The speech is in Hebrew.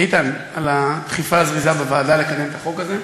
איתן, על הדחיפה הזריזה בוועדה לקדם את החוק הזה.